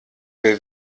will